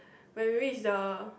when we reach the